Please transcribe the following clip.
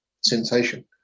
sensation